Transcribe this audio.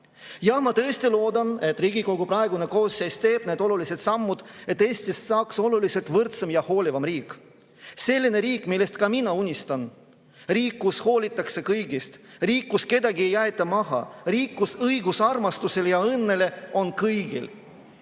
võtta. Ma tõesti loodan, et Riigikogu praegune koosseis teeb need olulised sammud, et Eestist saaks oluliselt võrdsem ja hoolivam riik. Selline riik, millest ka mina unistan. Riik, kus hoolitakse kõigist, riik, kus kedagi ei jäeta maha, riik, kus õigus armastusele ja õnnele on kõigil,